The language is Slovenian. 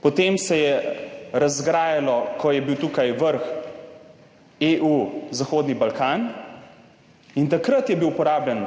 potem se je razgrajalo, ko je bil tukaj Vrh EU-Zahodni Balkan in takrat je bil uporabljen